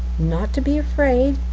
not to be afraid,